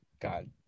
God